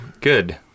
Good